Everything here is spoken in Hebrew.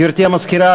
גברתי המזכירה,